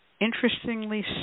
interestingly